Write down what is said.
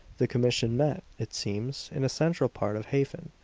the commission met, it seems, in a central part of hafen.